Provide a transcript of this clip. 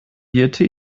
birte